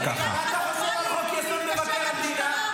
חוק-יסוד: מבקר המדינה?